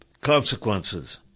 consequences